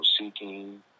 seeking